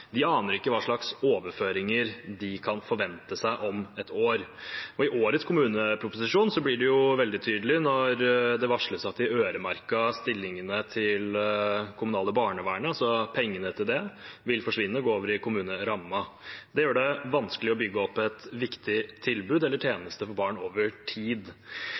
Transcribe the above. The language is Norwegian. aner hva slags overføringer de kan forvente seg om ett år. Og i årets kommuneproposisjon blir det veldig tydelig når det varsles at de øremerkede stillingene til det kommunale barnevernet og pengene til det vil forsvinne og gå over i kommunerammen. Det gjør det vanskelig å bygge opp et viktig tilbud eller tjenester for barn over tid.